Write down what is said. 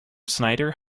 snyder